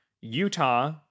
Utah